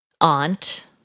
aunt